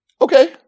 Okay